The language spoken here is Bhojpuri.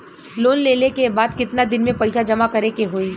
लोन लेले के बाद कितना दिन में पैसा जमा करे के होई?